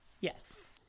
Yes